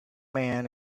man